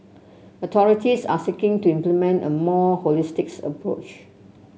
authorities are seeking to implement a more holistic's approach